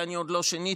כי אני עוד לא שיניתי.